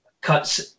cuts